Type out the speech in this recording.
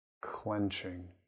clenching